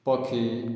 ପକ୍ଷୀ